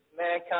mankind